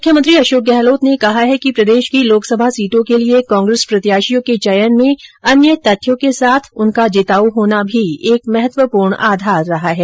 मुख्यमंत्री अषोक गहलोत ने कहा है कि प्रदेष की लोकसभा सीटों के लिए कांग्रेस प्रत्याषियों के चयन में अन्य तथ्यों के साथ उनका जीताऊ होना भी एक महत्वपूर्ण आधार रहा है